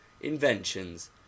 inventions